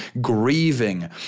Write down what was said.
grieving